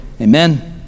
amen